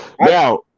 Now